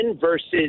versus